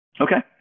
Okay